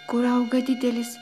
kur auga didelis